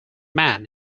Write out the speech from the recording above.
man